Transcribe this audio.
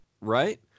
Right